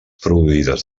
produïdes